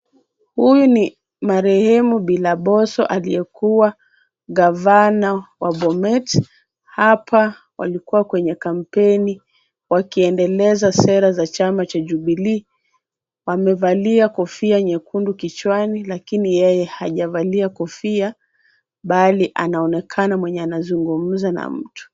Huyu ni marehemu Bi. Laboso aliyekuwa gavana wa Bomet. Hapa walikuwa kwenye kampeni wakiendeleza sera za chama cha Jubilee. Wamevalia kofia nyekundu kichwani lakini yeye hajavalia kofia bali anaonekana mwenye anazungumza na mtu.